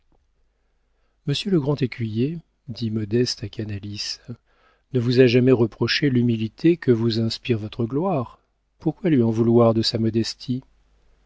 monsieur le grand écuyer dit modeste à canalis ne vous a jamais reproché l'humilité que vous inspire votre gloire pourquoi lui en vouloir de sa modestie